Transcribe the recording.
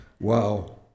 Wow